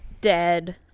dead